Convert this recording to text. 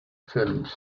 films